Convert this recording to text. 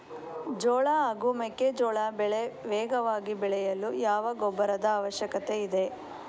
ಜೋಳ ಹಾಗೂ ಮೆಕ್ಕೆಜೋಳ ಬೆಳೆ ವೇಗವಾಗಿ ಬೆಳೆಯಲು ಯಾವ ಗೊಬ್ಬರದ ಅವಶ್ಯಕತೆ ಇದೆ?